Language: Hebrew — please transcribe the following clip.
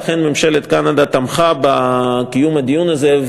ואכן ממשלת קנדה תמכה בקיום הדיון הזה,